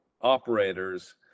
operators